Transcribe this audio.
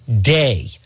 day